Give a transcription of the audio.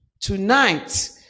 Tonight